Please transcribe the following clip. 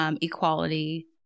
Equality